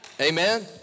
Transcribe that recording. Amen